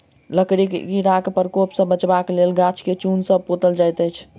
लकड़ीक कीड़ाक प्रकोप सॅ बचबाक लेल गाछ के चून सॅ पोतल जाइत छै